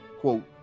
quote